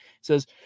says